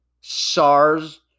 SARS